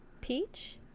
Peach